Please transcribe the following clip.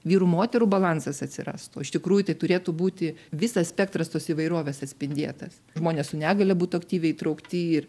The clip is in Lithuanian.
vyrų moterų balansas atsirastų o iš tikrųjų tai turėtų būti visas spektras tos įvairovės atspindėtas žmonės su negalia būtų aktyviai įtraukti ir